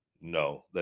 no